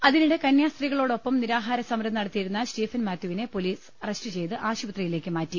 അതിനിടെ കന്യാസ്ത്രീകളോടൊപ്പം നിരാഹാരസമരം നടത്തിയിരുന്ന സ്റ്റീഫൻ മാത്യുവിനെ പൊലീസ് അറസ്റ്റ് ചെയ്ത് ആശുപത്രിയിലേക്ക് മാറ്റി